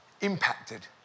impacted